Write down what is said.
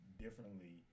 differently